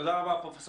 תודה רבה, פרופ'